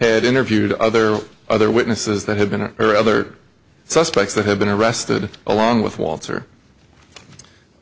had interviewed other other witnesses that have been or other suspects that have been arrested along with walter